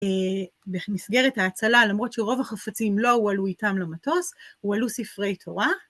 במסגרת ההצלה למרות שרוב החפצים לא הועלו איתם למטוס הועלו ספרי תורה